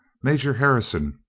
major har rison,